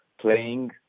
playing